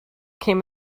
came